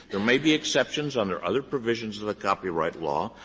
there may be exceptions under other provisions of the copyright law,